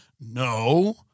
no